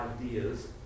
ideas